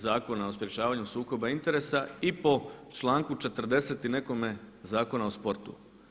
Zakona o sprječavanju sukoba interesa i po članku 40. i nekome Zakona o sportu.